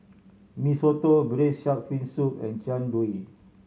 Mee Soto Braised Shark Fin Soup and Jian Dui